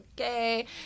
Okay